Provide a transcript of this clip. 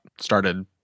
started